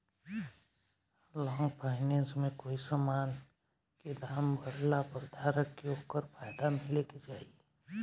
long finance में कोई समान के दाम बढ़ला पर धारक के ओकर फायदा मिले के चाही